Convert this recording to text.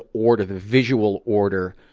order, the visual order,